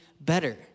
better